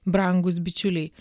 brangūs bičiuliai